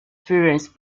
experiences